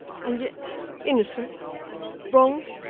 and yet innocent wrong,